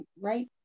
Right